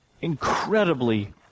incredibly